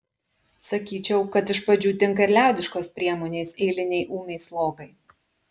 sakyčiau kad iš pradžių tinka ir liaudiškos priemonės eilinei ūmiai slogai